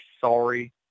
sorry